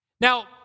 Now